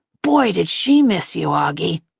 boy, did she miss you, auggie,